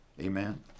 amen